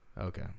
Okay